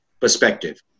perspective